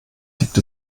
gibt